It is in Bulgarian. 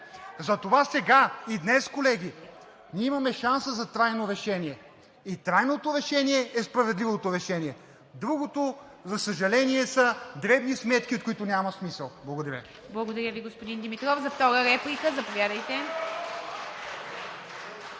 Затова сега и днес, колеги, ние имаме шанса за трайно решение и трайното решение е справедливото решение. Другото, за съжаление, са дребни сметки, от които няма смисъл. Благодаря Ви. (Ръкопляскания от